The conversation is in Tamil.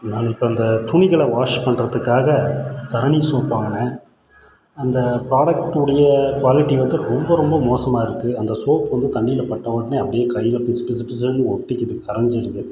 நான் இப்போ அந்த துணிகளை வாஷ் பண்றதுக்காக தரணி சோப் வாங்கினேன் அந்த ப்ராடக்டுடைய குவாலிட்டி வந்து ரொம்ப ரொம்ப மோசமாக இருக்குது அந்த சோப் வந்து தண்ணியில் பட்ட ஒடனே அப்படே கையில் பிசு பிசு பிசுனு ஒட்டிக்கிது கரைஞ்சிருது